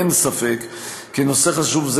אין ספק כי נושא חשוב זה,